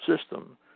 system